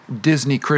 Disney